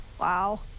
Wow